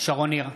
שרון ניר,